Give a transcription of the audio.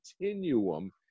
continuum